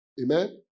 Amen